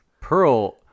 Pearl